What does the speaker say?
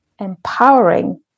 empowering